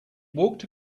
walked